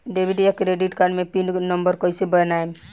Debit या credit card मे pin number कैसे बनाएम?